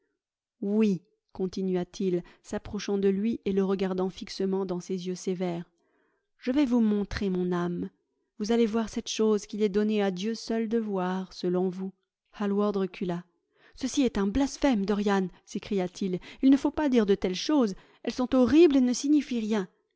oui continua-t-il s'approchant de lui et le regardant fixement dans ses yeux sévères je vais vous montrer mon âme vous allez voir cette chose qu'il est donné à dieu seul de voir selon vous hallward recula ceci est un blasphème dorian s'écria-t-il il ne faut pas dire de telles choses elles sont horribles et ne signifient rien